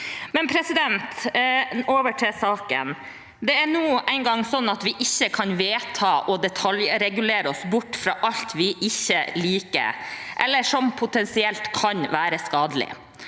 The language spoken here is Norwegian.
litt sotete. Over til saken: Det er nå engang sånn at vi ikke kan vedta og detaljregulere oss bort fra alt vi ikke liker, eller som potensielt kan være skadelig.